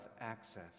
access